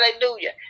Hallelujah